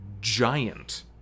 giant